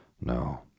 No